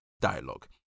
dialogue